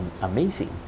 amazing